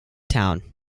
town